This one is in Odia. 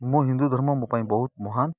ମୋ ହିନ୍ଦୁ ଧର୍ମ ମୋ ପାଇଁ ବହୁତ ମହାନ